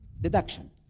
Deduction